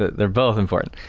they're both important.